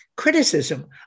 criticism